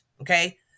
okay